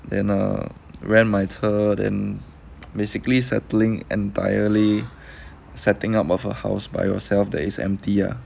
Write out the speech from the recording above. then err rent 买车 then basically settling entirely setting up of a house by yourself that is empty ah